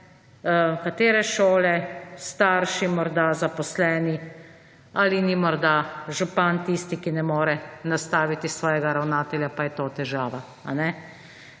katere šole, starši morda, zaposleni? Ali ni morda župan tisti, ki ne more nastaviti svojega ravnatelja, pa je to težava?